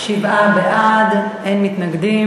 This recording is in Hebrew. שבעה בעד, אין מתנגדים.